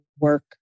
work